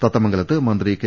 തത്തമംഗലത്ത് മന്ത്രി കെ